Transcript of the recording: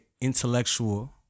intellectual